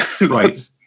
right